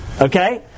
Okay